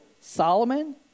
Solomon